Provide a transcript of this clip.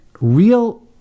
real